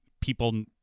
people